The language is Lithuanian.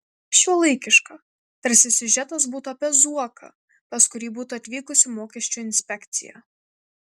šiuolaikiška tarsi siužetas būtų apie zuoką pas kurį būtų atvykusi mokesčių inspekcija